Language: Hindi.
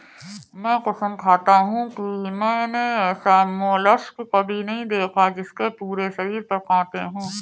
मैं कसम खाता हूँ कि मैंने ऐसा मोलस्क कभी नहीं देखा जिसके पूरे शरीर पर काँटे हों